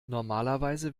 normalerweise